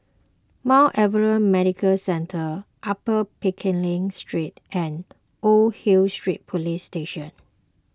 Mount Alvernia Medical Centre Upper Pickering Street and Old Hill Street Police Station